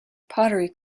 pottery